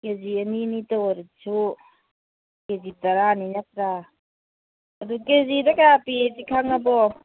ꯀꯦꯖꯤ ꯑꯅꯤ ꯑꯅꯤꯇ ꯑꯣꯏꯔꯁꯨ ꯀꯦꯖꯤ ꯇꯔꯥꯅꯤ ꯅꯠꯇ꯭ꯔꯥ ꯑꯗꯨ ꯀꯦꯖꯤꯗ ꯀꯌꯥ ꯄꯤꯌꯦꯗꯤ ꯈꯪꯉꯕꯣ